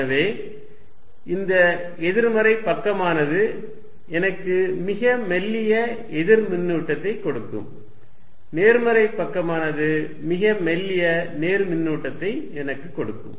எனவே இந்த எதிர்மறை பக்கமானது எனக்கு மிக மெல்லிய எதிர் மின்னூட்டத்தை கொடுக்கும் நேர்மறை பக்கமானது மிக மெல்லிய நேர்மின்னூட்டத்தை எனக்கு கொடுக்கும்